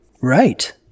Right